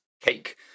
cake